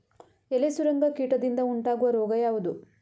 ಎಲೆ ಸುರಂಗ ಕೀಟದಿಂದ ಉಂಟಾಗುವ ರೋಗ ಯಾವುದು?